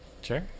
Sure